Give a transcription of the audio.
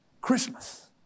Christmas